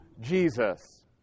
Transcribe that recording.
Jesus